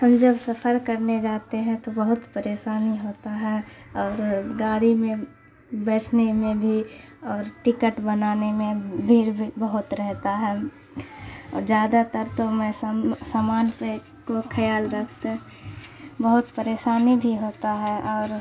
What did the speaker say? ہم جب سفر کرنے جاتے ہیں تو بہت پریشانی ہوتا ہے اور گاڑی میں بیٹھنے میں بھی اور ٹکٹ بنانے میں بھیڑ بھی بہت رہتا ہے اور زیادہ تر تو میں سامان پہ کو خیال رکھ سے بہت پریشانی بھی ہوتا ہے اور